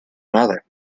another